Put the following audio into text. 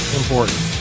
important